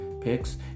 Picks